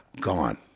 gone